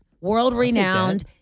world-renowned